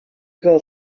girl